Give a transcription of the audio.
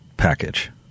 package